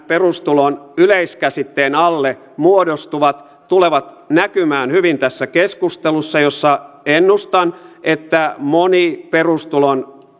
perustulon yleiskäsitteen alle muodostuvat tulevat näkymään hyvin tässä keskustelussa jossa ennustan että moni perustulon